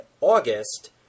August